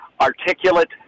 articulate